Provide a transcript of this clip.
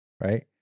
right